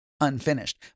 unfinished